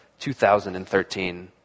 2013